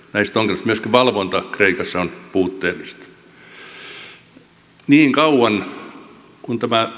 myöskin valvonta kreikassa on puutteellista